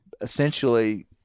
essentially